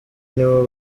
nibo